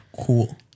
cool